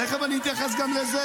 תכף אני אתייחס גם לזה.